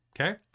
Okay